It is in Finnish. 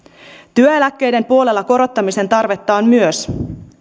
työeläkkeiden puolella korottamisen tarvetta on myös